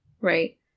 right